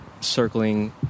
circling